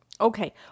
Okay